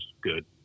good